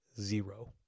Zero